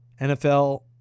NFL